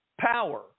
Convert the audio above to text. power